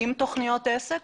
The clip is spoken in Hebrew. עם תוכניות עסק?